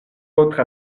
autre